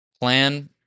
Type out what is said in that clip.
plan